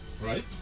right